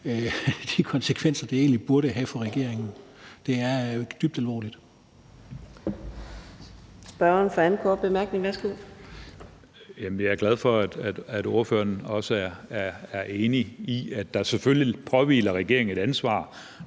de konsekvenser, det egentlig burde have for regeringen. Det er dybt alvorligt.